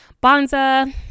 Bonza